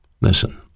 Listen